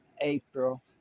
April